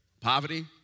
Poverty